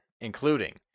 including